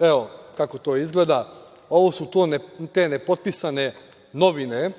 evo kako to izgleda, ovo su te nepotpisane novine